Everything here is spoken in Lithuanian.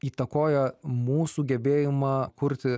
įtakoja mūsų gebėjimą kurti